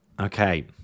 Okay